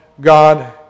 God